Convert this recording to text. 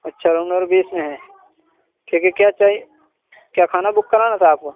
اچھا room number بیس میں ہیں ٹھیک ہے کیا چاہیے کیا کھانا بک کرانا تھا آپ کو